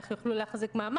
איך הם יוכלו להחזיק מעמד,